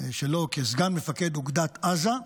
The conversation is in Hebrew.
כסגן מפקד אוגדת עזה,